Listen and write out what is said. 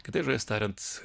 kitais žodžiais tariant